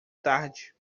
tarde